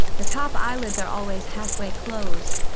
the top eyelids are always halfway closed,